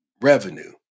revenue